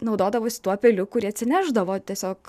naudodavosi tuo peiliu kurį atsinešdavo tiesiog